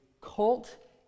cult